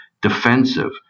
defensive